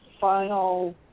final